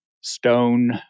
Stone